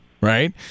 right